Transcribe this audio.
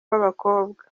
b’abakobwa